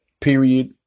period